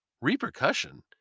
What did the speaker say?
Repercussion